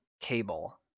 cable